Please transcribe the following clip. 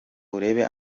urebe